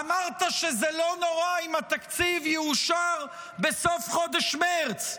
אמרת שזה לא נורא אם התקציב יאושר בסוף חודש מרץ.